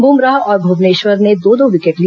बुमराह और भुवनेश्वर ने दो दो विकेट लिए